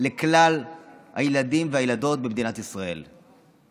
לכל הילדים והילדות במדינת ישראל: